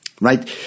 right